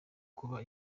kuba